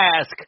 ask